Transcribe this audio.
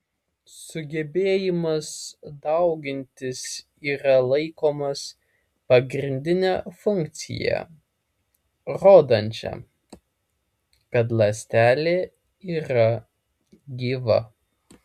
sugebėjimas daugintis yra laikomas pagrindine funkcija rodančia kad ląstelė yra gyva